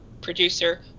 producer